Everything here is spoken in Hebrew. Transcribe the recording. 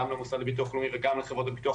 גם במוסד לביטוח לאומי וגם לחברות הביטוח,